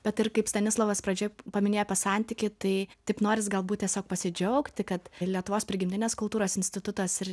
bet ir kaip stanislovas pradžioj paminėjo apie santykį tai taip noris galbūt tiesiog pasidžiaugti kad lietuvos prigimtinės kultūros institutas ir